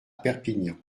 perpignan